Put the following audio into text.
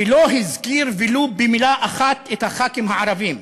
ולא הזכיר ולו במילה אחת את חברי הכנסת הערבים.